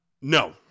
No